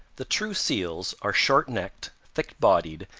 the true seals are short-necked, thick-bodied,